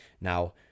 Now